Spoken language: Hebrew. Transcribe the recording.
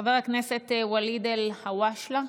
חבר הכנסת ואליד אלהואשלה.